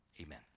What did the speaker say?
amen